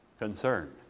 concern